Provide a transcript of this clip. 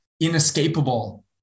inescapable